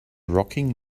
rocking